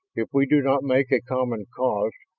if we do not make a common cause,